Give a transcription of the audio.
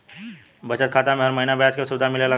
बचत खाता में हर महिना ब्याज के सुविधा मिलेला का?